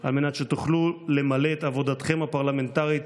על מנת שתוכלו למלא את עבודתכם הפרלמנטרית